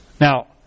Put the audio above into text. Now